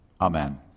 Amen